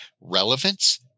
Relevance